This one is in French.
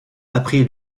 appris